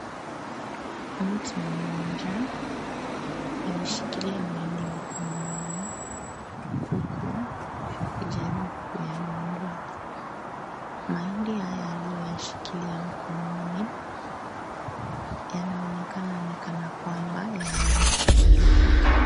Mtu mmoja, ameshikilia mahindi mkononi, huku akijaribu kuyadondoa. Mahindi haya aliyoyashikilia mkononi, yanaonekana ni kana kwamba yameharibika.